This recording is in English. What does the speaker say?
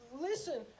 listen